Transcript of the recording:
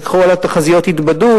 כשכל התחזיות התבדו,